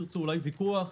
אולי ויכוח,